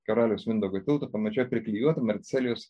karaliaus mindaugo tilto pamačiau priklijuotą marcelijaus